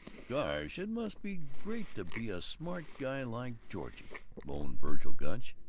gosh, it must be great to be a smart guy like georgie! moaned vergil gunch.